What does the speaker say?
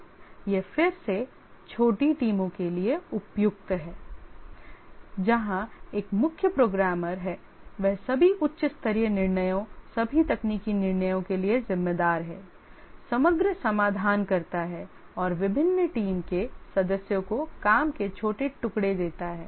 यह फिर से छोटी टीमों के लिए उपयुक्त है जहां एक मुख्य प्रोग्रामर है वह सभी उच्च स्तरीय निर्णयों सभी तकनीकी निर्णयों के लिए जिम्मेदार है समग्र समाधान करता है और विभिन्न टीम के सदस्यों को काम के छोटे टुकड़े देता है